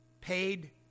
paid